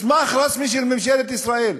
מסמך רשמי של ממשלת ישראל.